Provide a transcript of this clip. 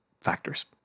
factors